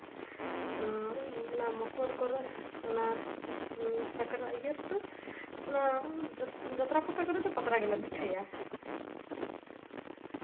ᱚᱱᱟ ᱢᱚᱠᱚᱨ ᱠᱚᱨᱮ ᱚᱱᱟ ᱥᱟᱠᱨᱟᱛ ᱤᱭᱟᱹ ᱨᱮᱫᱚ ᱚᱱᱟ ᱡᱟᱛᱨᱟ ᱯᱟᱛᱟ ᱠᱚᱨᱮ ᱫᱚ ᱯᱟᱛᱲᱟ ᱜᱮᱞᱮ ᱯᱤᱴᱷᱟᱹᱭᱟ